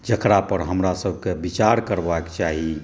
जकरा पर हमरासभक विचार करबाक चाही